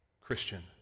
Christian